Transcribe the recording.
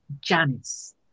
Janice